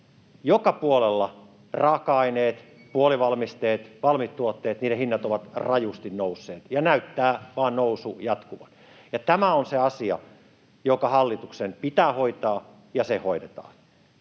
joka puolella raaka-aineiden, puolivalmisteiden, valmistuotteiden hinnat ovat rajusti nousseet, ja näyttää vain nousu jatkuvan. Tämä on se asia, joka hallituksen pitää hoitaa, ja se hoidetaan.